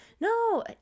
No